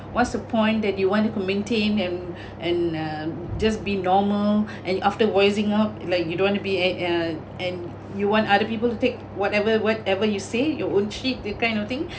what's the point that you wanted to maintain and and uh just be normal and after voicing up like you don't want to be a uh and you want other people to take whatever whatever you say your own shit that kind of thing